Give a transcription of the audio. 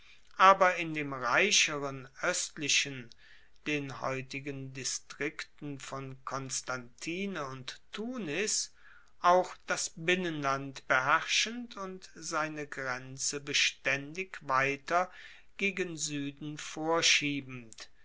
aber in dem reicheren oestlichen den heutigen distrikten von constantine und tunis auch das binnenland beherrschend und seine grenze bestaendig weiter gegen sueden vorschiebend